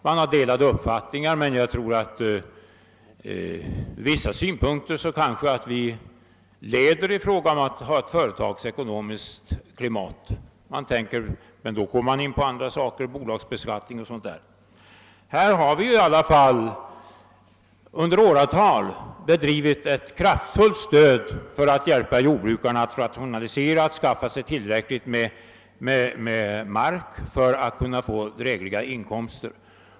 Man kan ju ha olika uppfattningar, men jag tror att vi från vissa synpunkter leder när det gäller att åstadkomma ett gynnsamt företagsekonomiskt klimat — jag tänker t.ex. på bolagsbeskattning och liknande. Vi har i åratal givit jordbrukarna ett kraftfullt stöd för att hjälpa dem alt rationalisera och att skaffa sig tillräckligt med mark för att få drägliga inkomster.